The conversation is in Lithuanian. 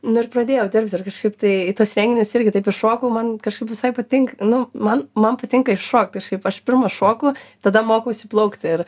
nu ir pradėjau dirbt ir kažkaip tai į tuos renginius irgi taip įšokau man kažkaip visai patinka nu man man patinka įšokt kažkaip aš pirma šoku tada mokausi plaukti ir